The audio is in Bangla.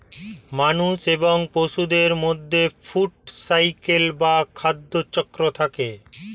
মানুষ এবং পশুদের মধ্যে ফুড সাইকেল বা খাদ্য চক্র থাকে